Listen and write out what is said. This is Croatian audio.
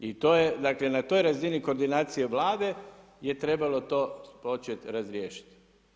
I to je dakle na toj razini koordinacije Vlade je trebalo to počet razriješiti.